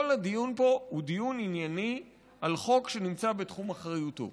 כל הדיון פה הוא דיון ענייני על חוק שנמצא בתחום אחריותו.